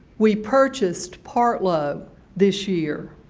we purchased partlow this year.